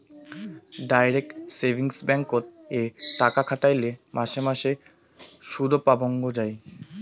direct savings ব্যাঙ্ককোত এ টাকা খাটাইলে মাসে মাসে সুদপাবঙ্গ যাই